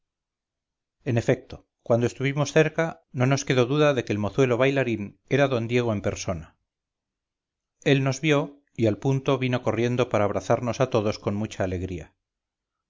en efecto cuando estuvimos cerca no nos quedó duda de que el mozuelo bailarín era d diego en persona él nos vio y al punto vino corriendo para abrazarnos a todos con mucha alegría